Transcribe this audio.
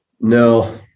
No